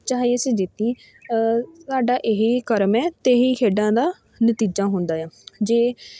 ਚਾਹੇ ਅਸੀਂ ਜਿੱਤੀਏ ਸਾਡਾ ਇਹ ਕਰਮ ਹੈ ਅਤੇ ਇਹੀ ਖੇਡਾਂ ਦਾ ਨਤੀਜਾ ਹੁੰਦਾ ਏ ਆ ਜੇ